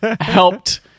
helped